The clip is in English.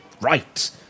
Right